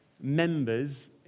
members